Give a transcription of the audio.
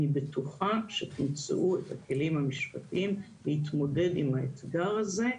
אני בטוחה שתמצאו את הכלים המשפטיים להתמודד עם האתגר הזה,